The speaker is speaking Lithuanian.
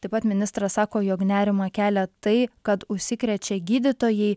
taip pat ministras sako jog nerimą kelia tai kad užsikrečia gydytojai